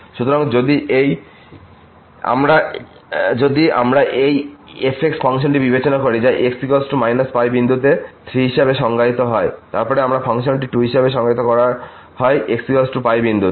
সুতরাং যদি আমরা এই f ফাংশনটি বিবেচনা করি যা x π বিন্দুতে 3 হিসাবে সংজ্ঞায়িত হয় এবং তারপর ফাংশনটি 2 হিসাবে সংজ্ঞায়িত করা হয় xπ বিন্দুতে